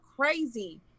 crazy